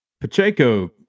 Pacheco